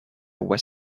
was